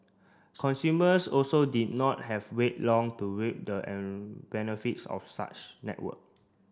consumers also did not have wait long to reap the benefits of such network